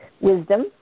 wisdom